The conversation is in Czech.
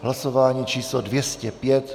Hlasování číslo 205.